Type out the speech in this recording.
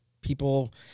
people